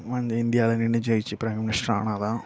வந்து இந்தியாவில் நின்று ஜெயித்து பிரைம் மினிஸ்டர் ஆனால் தான்